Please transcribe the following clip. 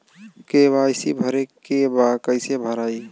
KYC भरे के बा कइसे भराई?